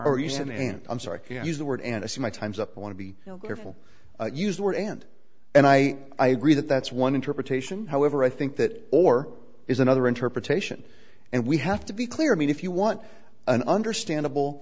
an i'm sorry you use the word and i see my time's up i want to be careful use the word end and i agree that that's one interpretation however i think that or is another interpretation and we have to be clear i mean if you want an understandable